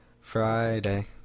friday